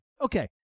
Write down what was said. Okay